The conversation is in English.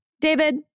David